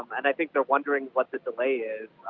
um and i think they're wondering what the delay is.